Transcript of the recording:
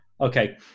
Okay